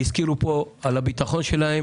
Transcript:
הזכירו כאן את הביטחון שלהם.